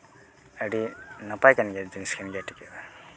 ᱟᱹᱰᱤ ᱱᱟᱯᱟᱭ ᱠᱟᱱ ᱜᱮᱭᱟ ᱡᱤᱱᱤᱥ ᱠᱟᱱ ᱜᱮᱭᱟ ᱴᱤᱠᱟᱹ